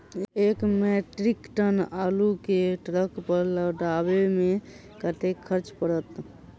एक metric ton आलु केँ ट्रक पर लदाबै मे कतेक खर्च पड़त?